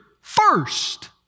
first